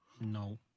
No